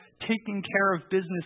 taking-care-of-business